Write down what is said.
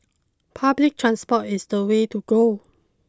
public transport is the way to go